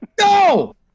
No